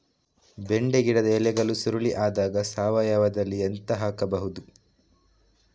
ಬೆಂಡೆ ಗಿಡದ ಎಲೆಗಳು ಸುರುಳಿ ಆದಾಗ ಸಾವಯವದಲ್ಲಿ ಎಂತ ಹಾಕಬಹುದು?